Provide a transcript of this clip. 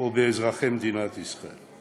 או באזרחי מדינת ישראל,